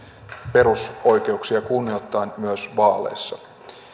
perusoikeuksia kunnioittaen myös vaaleissa